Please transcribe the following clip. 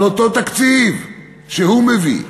על אותו תקציב שהוא מביא?